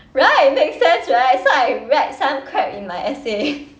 right makes sense right so I write some crap in my essay